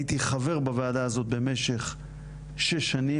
הייתי חבר בוועדה הזאת במשך שש שנים